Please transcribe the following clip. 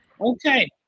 Okay